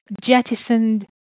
jettisoned